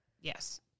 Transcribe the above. Yes